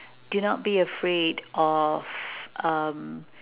do not be afraid of um